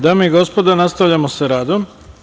Dame i gospodo, nastavljamo sa radom.